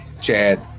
Chad